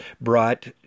brought